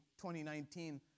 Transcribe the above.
2019